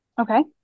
Okay